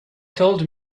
told